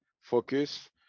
focus